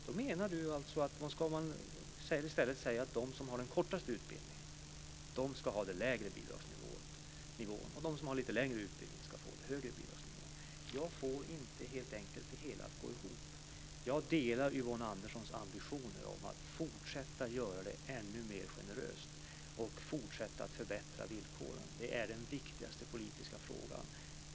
Då menar hon alltså att man i stället ska säga ett de som har den kortaste utbildningen ska ha den lägre bidragsnivån och de som har lite längre utbildning ska få den högre bidragsnivån. Jag får helt enkelt inte det hela att gå ihop. Jag delar Yvonne Anderssons ambitioner att fortsätta att göra det hela ännu mer generöst och att fortsätta att förbättra villkoren. Det är den viktigaste politiska frågan.